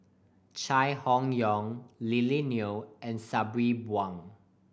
Chai Hon Yoong Lily Neo and Sabri Buang